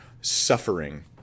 suffering